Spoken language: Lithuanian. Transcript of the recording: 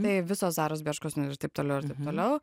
tai visos zaros berškos nu ir taip toliau ir taip toliau